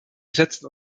setzen